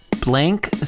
blank